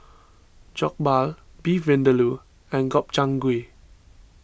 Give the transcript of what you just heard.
Jokbal Beef Vindaloo and Gobchang Gui